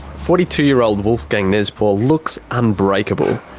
forty two year old wolfgang neszpor looks unbreakable.